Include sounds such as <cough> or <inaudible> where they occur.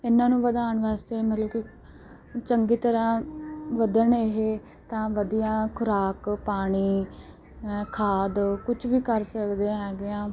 ਇਹਨਾਂ ਨੂੰ ਵਧਾਉਣ ਵਾਸਤੇ ਮਤਲਬ ਕਿ ਚੰਗੀ ਤਰ੍ਹਾਂ ਵਧਣ ਇਹ ਤਾਂ ਵਧੀਆ ਖੁਰਾਕ ਪਾਣੀ <unintelligible> ਖਾਦ ਕੁਝ ਵੀ ਕਰ ਸਕਦੇ ਹੈਗੇ ਆ